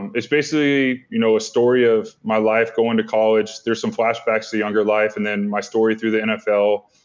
and it's basically you know a story of my life going to college. there are some flashbacks to the younger life and then my story through the nfl.